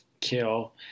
Kill